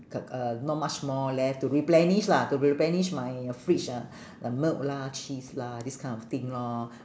c~ uh not much more left to replenish lah to replenish my fridge uh like milk lah cheese lah this kind of thing lor